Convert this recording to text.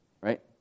Right